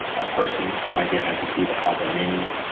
a person might be an entity that has a name.